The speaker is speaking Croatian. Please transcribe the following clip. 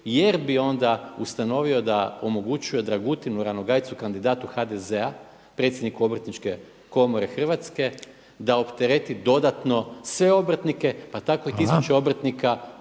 jer bi onda ustanovio da omogućuje Dragutinu Ranogajcu, kandidatu HDZ-a predsjedniku Obrtničke komore Hrvatske da optereti dodatno sve obrtnike, pa tako i tisuće obrtnika …